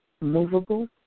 movable